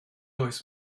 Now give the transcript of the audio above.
oes